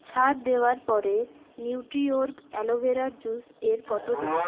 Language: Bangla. ছাড় দেওয়ার পরে নিউট্রিঅর্গ অ্যালোভেরার জুস এর কত দাম